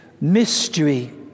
mystery